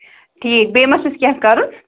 ٹھیٖک بیٚیہِ ما چھُس کیٚنٛہہ کَرُن